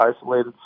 isolated